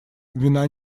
вина